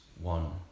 one